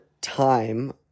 time